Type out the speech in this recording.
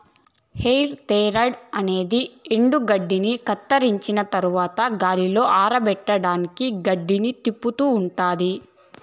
హే tedder అనేది ఎండుగడ్డిని కత్తిరించిన తరవాత గాలిలో ఆరపెట్టడానికి గడ్డిని తిప్పుతూ ఉంటాది